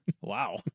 Wow